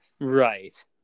Right